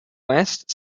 west